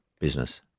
business